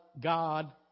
God